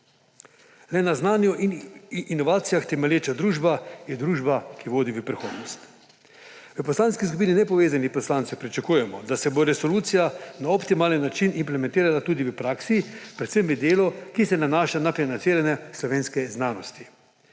Le na znanju in inovacijah temelječa družba je družba, ki vodi v prihodnost. V Poslanski skupini nepovezanih poslancev pričakujemo, da se bo resolucija na optimalen način implementirala tudi v praksi, predvsem v delu, ki se nanaša na financiranje slovenske znanosti.